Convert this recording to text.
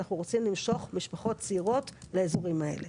ואנחנו רוצים למשוך משפחות צעירות לאזורים האלה.